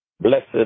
Blessed